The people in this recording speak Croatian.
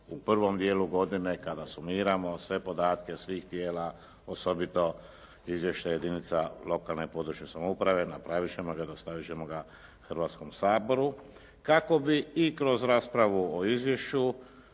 u prvom dijelu godine kada sumiramo sve podatke svih tijela, osobito izvješća jedinica lokalne i područne samouprave, napravit ćemo ga, dostavit ćemo ga Hrvatskom saboru kako bi i kroz raspravu o izvješću